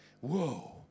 Whoa